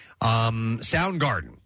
Soundgarden